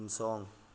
उनसं